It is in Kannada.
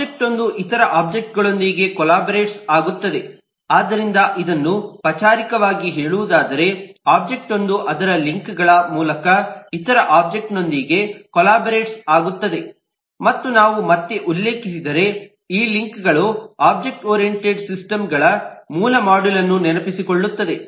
ಒಬ್ಜೆಕ್ಟ್ಗೊಂದು ಇತರ ಒಬ್ಜೆಕ್ಟ್ಗಳೊಂದಿಗೆ ಕೋಲಾಬೋರೇಟ್ಸ್ ಆಗುತ್ತದೆ ಆದ್ದರಿಂದ ಇದನ್ನು ಪಚಾರಿಕವಾಗಿ ಹೇಳುವುದಾದರೆ ಒಬ್ಜೆಕ್ಟ್ಗೊಂದು ಅದರ ಲಿಂಕ್ಗಳ ಮೂಲಕ ಇತರ ಒಬ್ಜೆಕ್ಟ್ಗಳೊಂದಿಗೆ ಕೋಲಾಬೋರೇಟ್ಸ್ ಆಗುತ್ತದೆ ಮತ್ತು ನಾವು ಮತ್ತೆ ಉಲ್ಲೇಖಿಸಿದರೆ ಈ ಲಿಂಕ್ಗಳು ಒಬ್ಜೆಕ್ಟ್ ಓರಿಯಂಟೆಡ್ ಸಿಸ್ಟಮ್ಗಳ ಮೂಲ ಮೋಡೆಲ್ಅನ್ನು ನೆನಪಿಸಿಕೊಳ್ಳುತ್ತವೆ